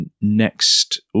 next